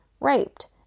raped